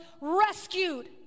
rescued